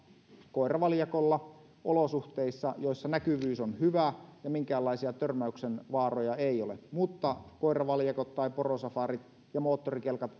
koiravaljakolla olosuhteissa joissa näkyvyys on hyvä ja minkäänlaisia törmäyksen vaaroja ei ole mutta koiravaljakot tai porosafarit ja moottorikelkat